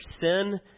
Sin